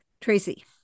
Tracy